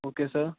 okay sir